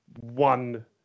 one